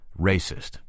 racist